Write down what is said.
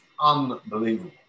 unbelievable